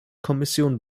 kommission